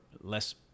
less